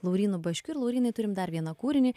laurynu baškiu ir laurynai turim dar vieną kūrinį